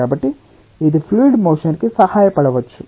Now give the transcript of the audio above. కాబట్టి ఇది fluid motion కి సహాయపడవచ్చు